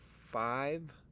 five